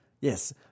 Yes